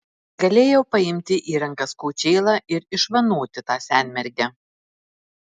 galėjau paimti į rankas kočėlą ir išvanoti tą senmergę